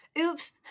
Oops